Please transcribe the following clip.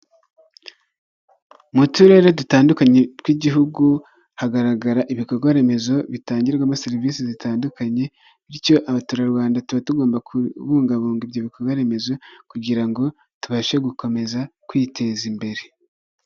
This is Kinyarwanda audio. Inzu ikodeshwa iri Kicukiro muri Kigali, ifite ibyumba bine n'amadushe atatu na tuwarete ikaba ikodeshwa amafaranga ibihumbi magana atanu ku kwezi.